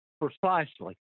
Precisely